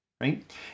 right